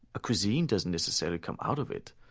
a cuisine doesn't necessarily come out of it.